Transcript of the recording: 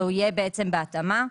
ויהיה בהתאמה,